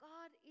God